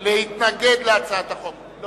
להתנגד להצעת החוק במשך חמש דקות.